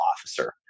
officer